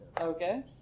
Okay